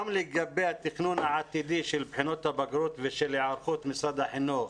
גם לגבי התכנון העתידי של בחינות הבגרות ושל היערכות משרד החינוך